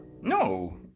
No